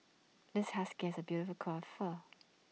this husky is A beautiful coat of fur